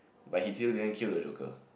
by he still didn't kill the Joker